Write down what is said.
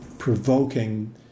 provoking